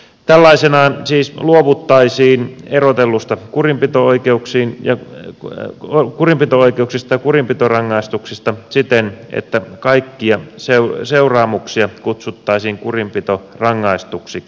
tällaisenaan siis luovuttaisiin erottelusta kurinpito ojennuksiin ja kurinpitorangaistuksiin siten että kaikkia seuraamuksia kutsuttaisiin kurinpitorangaistuksiksi